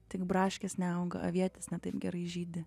tik braškės neauga avietės ne taip gerai žydi